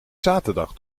zaterdag